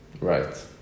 right